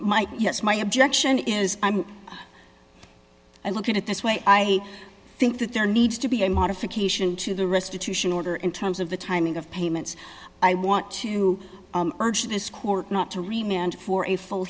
might yes my objection is i look at it this way i think that there needs to be a modification to the restitution order in terms of the timing of payments i want to urge this court not to remain and for a full